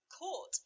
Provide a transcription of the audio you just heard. caught